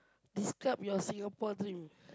describe your Singapore dream